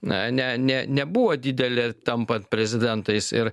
na ne ne nebuvo didelė tampant prezidentais ir